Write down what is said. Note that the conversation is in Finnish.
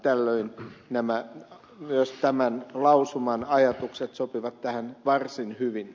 tällöin myös tämän lausuman ajatukset sopivat tähän varsin hyvin